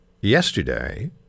yesterday